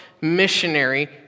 missionary